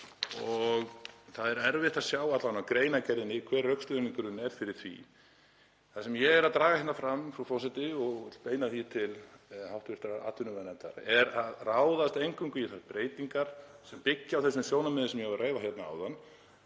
og það er erfitt að sjá, alla vega á greinargerðinni, hver rökstuðningurinn er fyrir því. Það sem ég er að draga hérna fram, frú forseti, og vil beina því til hv. atvinnuveganefndar er að ráðast eingöngu í þær breytingar sem byggja á þessum sjónarmiðum sem ég var að reifa hérna áðan,